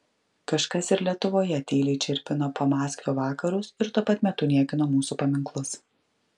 kažkas ir lietuvoje tyliai čirpino pamaskvio vakarus ir tuo pat metu niekino mūsų paminklus